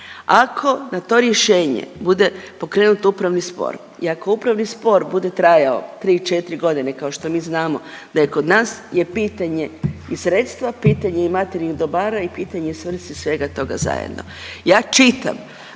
ako na to rješenje bude pokrenut upravni spor i ako upravni spor bude trajao 3-4.g. kao što mi znamo da je kod nas, je pitanje i sredstava, pitanje je i materijalnih dobara i pitanje je svrsi svega toga zajedno. Ja čitam